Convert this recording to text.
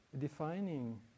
defining